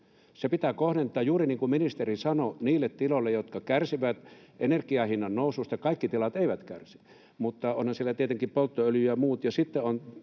Se pitää kohdentaa, juuri niin kuin ministeri sanoi, niille tiloille, jotka kärsivät energian hinnan noususta. Kaikki tilat eivät kärsi, mutta ovathan siellä tietenkin polttoöljy ja muut